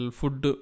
food